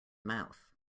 mouth